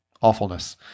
awfulness